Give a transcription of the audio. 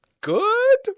good